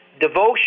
devotion